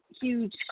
huge